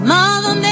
Mother